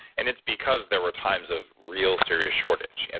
and it's because there were times of real serious shortage. and